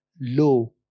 low